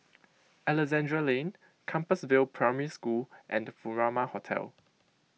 Alexandra Lane Compassvale Primary School and Furama Hotel